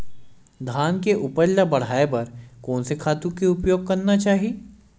धान के उपज ल बढ़ाये बर कोन से खातु के उपयोग करना चाही?